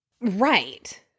Right